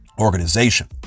organization